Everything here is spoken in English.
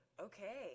Okay